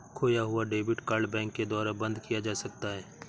खोया हुआ debit card bank के द्वारा बंद किया जा सकता है